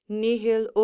nihil